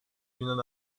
yunan